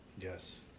Yes